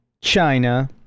China